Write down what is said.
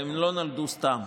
הרי הם לא נולדו סתם.